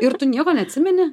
ir tu nieko neatsimeni